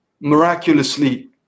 miraculously